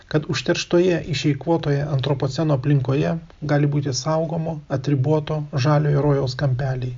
kad užterštoje išeikvotoje antropoceno aplinkoje gali būti saugomo atriboto žaliojo rojaus kampeliai